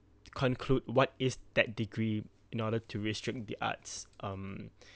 conclude what is that degree in order to restrict the arts um